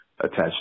attached